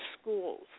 schools